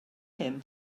him